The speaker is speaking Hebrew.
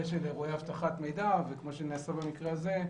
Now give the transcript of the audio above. של אירועי אבטחת מידע וכמו שנעשה במקרה הזה,